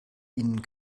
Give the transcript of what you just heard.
ihnen